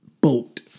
boat